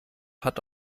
hat